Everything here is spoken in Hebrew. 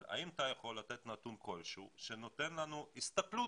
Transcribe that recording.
אבל האם אתה יכול לתת נתון כלשהו שנותן לנו הסתכלות,